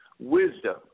Wisdom